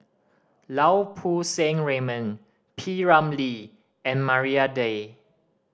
Lau Poo Seng Raymond P Ramlee and Maria Dyer